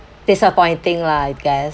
disappointing lah I guess